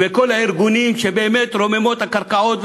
וכל הארגונים שבאמת רוממו את הקרקעות,